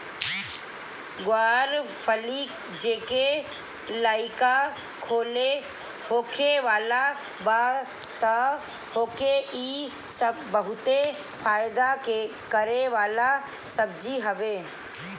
ग्वार फली जेके लईका होखे वाला बा तअ ओके इ बहुते फायदा करे वाला सब्जी हवे